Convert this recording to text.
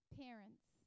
parents